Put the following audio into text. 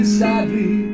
sadly